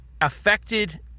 affected